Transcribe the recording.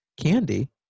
Candy